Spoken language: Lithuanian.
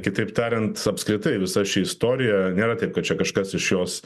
kitaip tariant apskritai visa ši istorija nėra taip kad čia kažkas iš jos